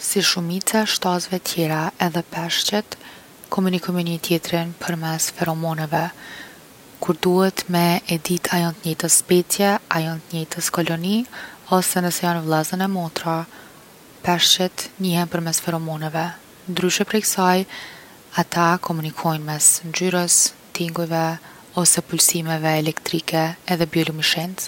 Si shumica e shtazve tjera edhe peshqit komunojn; me njoni tjetrin përms feromoneve. Kur duhet me e dit’ a jon t’njejtës specie, a jon t’njejtës koloni, ose nëse jon vllezën e motra peshqit njihen përmes feromoneve. Ndryshe prej ksaj ata komunikojn’ mes ngjyrës, tingujve ose pulsimeve elektrike edhe biolumishencë.